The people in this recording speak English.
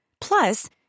Plus